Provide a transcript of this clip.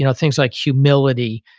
you know things like humility,